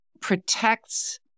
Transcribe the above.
protects